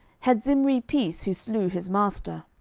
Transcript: had zimri peace, who slew his master?